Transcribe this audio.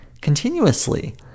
continuously